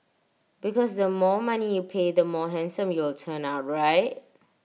because the more money you pay the more handsome you will turn out right